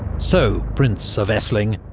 so prince of essling,